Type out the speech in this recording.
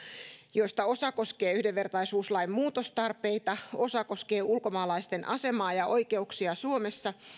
joista osa koskee yhdenvertaisuuslain muutostarpeita osa koskee ulkomaalaisten asemaa ja oikeuksia suomessa